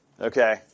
Okay